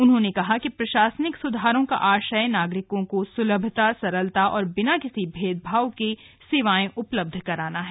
उन्होंने कहा कि प्रशासनिक सुधारों का आशय नागरिकों को सुलभता सरलता और बिना किसी भेदभाव के सेवायें उपलब्ध कराना है